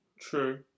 True